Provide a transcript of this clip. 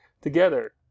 together